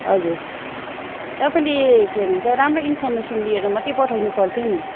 हजुर तपाईँले के भन्छ राम्रो इन्फर्मेसन लिएर मात्रै पठाउनुपर्थ्यो नि